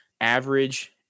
average